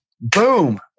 Boom